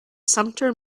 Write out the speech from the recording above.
sumpter